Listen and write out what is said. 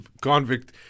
convict